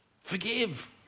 Forgive